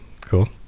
Cool